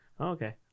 okay